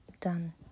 Done